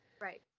Right